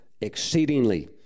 exceedingly